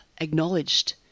acknowledged